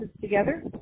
together